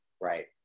Right